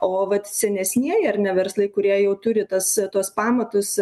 o vat senesnieji ar ne verslai kurie jau turi tas tuos pamatus